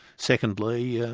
secondly, yeah